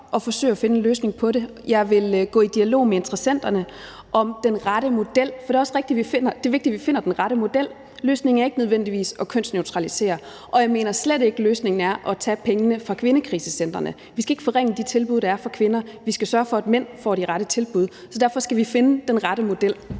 og forsøge at finde en løsning på det, og jeg vil gå i dialog med interessenterne om den rette model. For det er også vigtigt, at vi finder den rette model. Løsningen er ikke nødvendigvis at kønsneutralisere, og jeg mener slet ikke, at løsningen er at tage pengene fra kvindekrisecentrene. Vi skal ikke forringe de tilbud, der er for kvinder. Vi skal sørge for, at mændene får de rette tilbud. Så derfor skal vi finde den rette model.